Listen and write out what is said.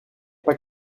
pas